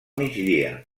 migdia